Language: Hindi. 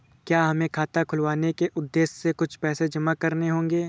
क्या हमें खाता खुलवाने के उद्देश्य से कुछ पैसे जमा करने होंगे?